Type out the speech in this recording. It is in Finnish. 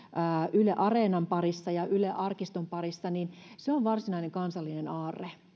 yle areenan parissa ja yle arkiston parissa on varsinainen kansallinen aarre se